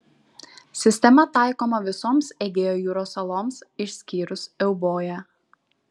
sistema taikoma visoms egėjo jūros saloms išskyrus euboją